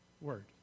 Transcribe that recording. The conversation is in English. word